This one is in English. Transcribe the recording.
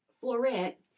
Florette